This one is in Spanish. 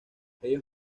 ellos